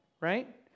right